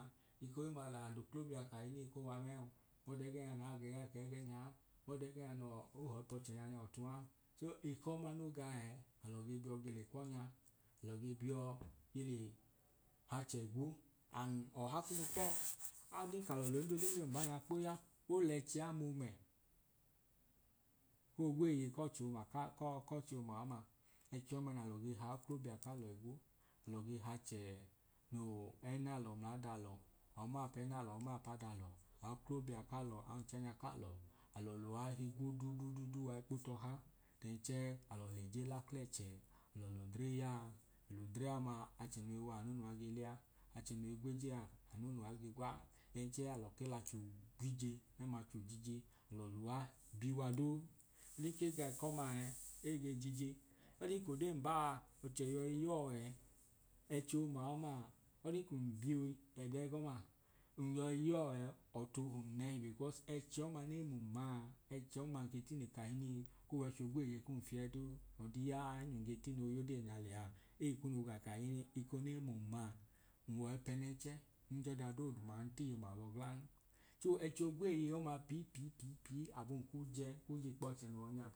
Ekohimma lẹyaa ad’oklobia kahinin ko wa mẹẹn mọọ dẹẹ gẹnya naa ge ya eko ẹgẹnyaan m’ọdẹẹ ẹgẹ nya nọọ ohọi p’ọchẹnya nya ọtuan so ikọma no ga ẹẹ alọ ge biọ ge le kpọnya, alọ ge biọ ge le h’achẹ igwu and ọha kunu kpọ adin kalọ loodundodee mbanya kpoya olẹchi amomẹ koo gweeye kọ ọchẹ ọma ka kọchẹ omaọma ẹchi ọma nalọ ge haoklobia kalọ igwu nalọ ge hachẹ no ẹnalọ ml’adalọ aọmaapẹnalọ aọmaapadalọ aoklobia kalọ aọnchẹnya kalọ alọ luwa higwu dudududu wai kpo tọha then chẹẹ alọ leje la klẹchẹ alẹ l’odre yaa l’odre ọmaa achẹ noi waa anu nuwa ge le a, achẹ noi gweje a anu nuwa ge gwaa then chẹẹ alọ ke lacho gwije meml’acho jije alọ luwa biwa duu le ke ga ekọma ẹẹẹ ege jije higbọdin ko deen baa ọchẹ yoi yọọ ẹẹ ẹchiọma ọmaa ọdin kun biyoi edegọma n yọi yọọ ẹẹ ọtu hum nẹhi because echiọma ne mum maa echiọma n ke tine kahinii koo w’ẹchi ogweye kum fieduu. Ọdiyaẹ nun ge tino yodeenya lẹya? Ẹi kunu ka kahinin eko ne mum maa n wọi pẹnẹnchẹ njọda dooduman ntiim abọ glan so echo gweeye ọma pii pii pii abun ku je ku jikpọche no yọ nya